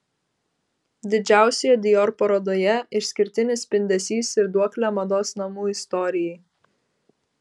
didžiausioje dior parodoje išskirtinis spindesys ir duoklė mados namų istorijai